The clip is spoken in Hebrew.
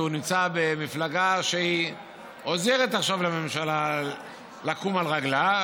שנמצא במפלגה שעוזרת עכשיו לממשלה לקום על רגליה.